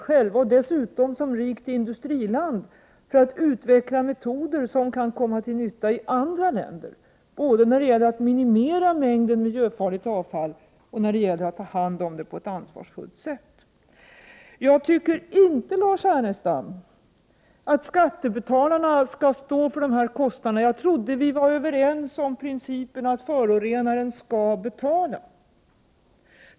Som rikt industriland har vi dessutom ett ansvar för att utveckla metoder som kan komma till nytta i andra länder, både när det gäller att minimera mängden miljöfarligt avfall och i fråga om att ta hand om detta på ett ansvarsfullt sätt. Jag anser inte, Lars Ernestam, att skattebetalarna skall stå för dessa kostnader. Jag trodde att vi var överens om principen att förorenaren skall betala.